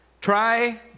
try